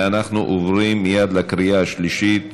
ואנחנו עוברים מייד לקריאה השלישית.